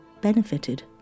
benefited